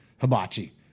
hibachi